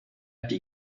pie